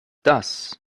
das